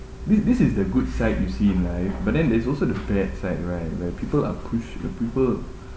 this this is the good side you see in life but then there's also the bad side right like people are push~ the people